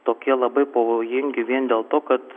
tokie labai pavojingi vien dėl to kad